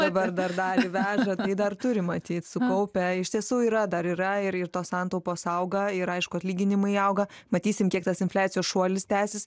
dabar dar dalį veža tai dar turi matyt sukaupę iš tiesų yra dar yra ir ir tos santaupos auga ir aišku atlyginimai auga matysim kiek tas infliacijos šuolis tęsis